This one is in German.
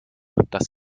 das